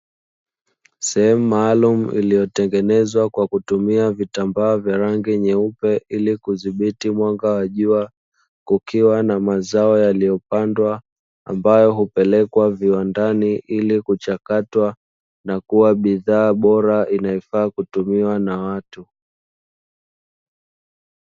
Sehemu maalumu iliyotengenezwa kwa kutumia vitambaa vya rangi nyeupe ili kudhibiti mwanga wa jua kukiwa na mazao yaliyopandwa ambayo hupelekwa viwandani ili kuchakatwa na kuwa bidhaa bora inayofaa kutumiwa na watu.